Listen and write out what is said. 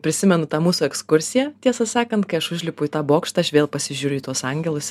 prisimenu tą mūsų ekskursiją tiesą sakant kai aš užlipu į tą bokštą aš vėl pasižiūriu į tuos angelus